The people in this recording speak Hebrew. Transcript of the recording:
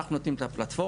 אנחנו נותנים את הפלטפורמה,